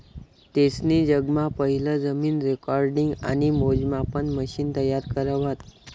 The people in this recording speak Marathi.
तेसनी जगमा पहिलं जमीन रेकॉर्डिंग आणि मोजमापन मशिन तयार करं व्हतं